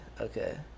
okay